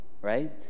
right